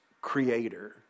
creator